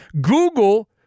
Google